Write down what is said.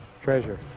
treasure